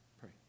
Pray